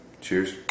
Cheers